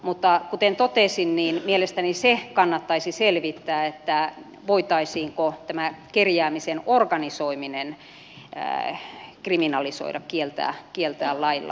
mutta kuten totesin mielestäni se kannattaisi selvittää voitaisiinko tämä kerjäämisen organisoiminen kriminalisoida kieltää lailla